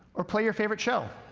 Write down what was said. or play your favorite show.